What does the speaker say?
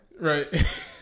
right